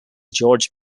george